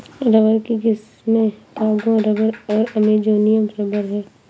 rubber की किस्में Congo rubber और अमेजोनियन रबर हैं